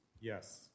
Yes